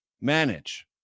manage